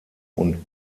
und